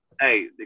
hey